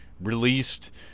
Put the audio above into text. released